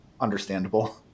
understandable